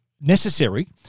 necessary